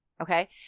okay